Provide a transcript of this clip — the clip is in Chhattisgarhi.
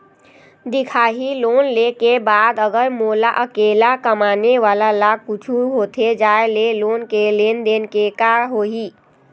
दिखाही लोन ले के बाद अगर मोला अकेला कमाने वाला ला कुछू होथे जाय ले लोन के लेनदेन के का होही?